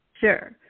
Sure